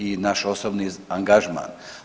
I naš osobni angažman.